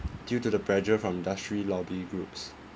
due to the pressure from industry lobby groups